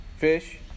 Fish